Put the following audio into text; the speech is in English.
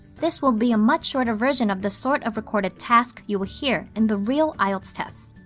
this will be a much shorter version of the sort of recorded task you will hear in the real ielts test.